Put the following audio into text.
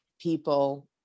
people